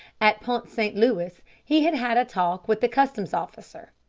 at pont st. louis he had had a talk with the customs officer.